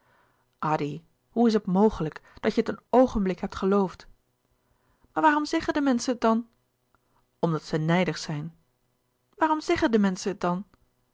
hoe is het mogelijk dat je het een oogenblik hebt geloofd maar waarom zeggen de menschen het dan louis couperus de boeken der kleine zielen omdat zij nijdig zijn waarom zeggen de menschen het dan